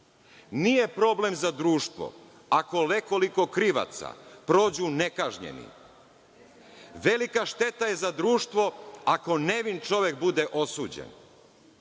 nije problem za društvo ako nekoliko krivaca prođu nekažnjeni, velika šteta je za društvo ako nevin čovek bude osuđen.